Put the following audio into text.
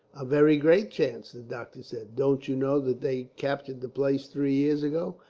a very great chance, the doctor said. don't you know that they captured the place three years ago?